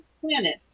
planet